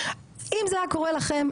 אם זה היה קורה לכם,